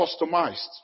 customized